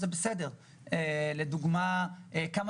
אז בן אדם כזה אתה לא יכול לפתות אם תגיד לו